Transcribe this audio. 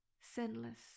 sinless